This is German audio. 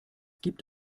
gibt